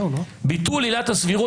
אבל אני לא אלאה אתכם ביטול עילת הסבירות